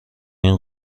این